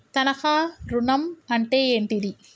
తనఖా ఋణం అంటే ఏంటిది?